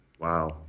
Wow